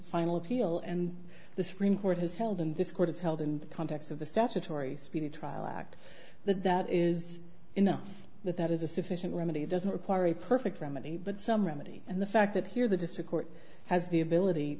final appeal and the supreme court has held in this court is held in the context of the statutory speedy trial act that that is you know that that is a sufficient remedy doesn't require a perfect remedy but some remedy and the fact that here the district court has the ability